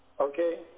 Okay